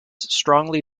strongly